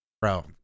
bro